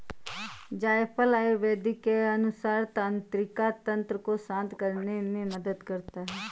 जायफल आयुर्वेद के अनुसार तंत्रिका तंत्र को शांत करने में मदद करता है